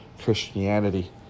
Christianity